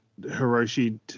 Hiroshi